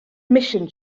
mission